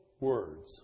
words